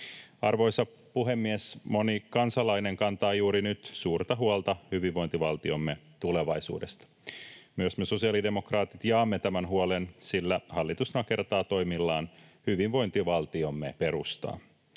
Arvoisa puhemies! Moni kansalainen kantaa juuri nyt suurta huolta hyvinvointivaltiomme tulevaisuudesta. Myös me sosiaalidemokraatit jaamme tämän huolen, sillä hallitus nakertaa toimillaan hyvinvointivaltiomme perustaa.